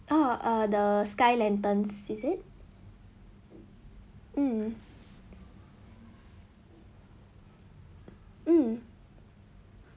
uh err the sky lanterns is it mm mm